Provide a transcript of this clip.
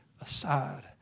aside